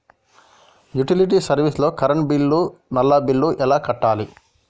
Utility service లో current bill, నల్లా bill ఎలా కట్టాలి?